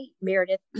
Meredith